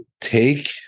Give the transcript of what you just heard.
take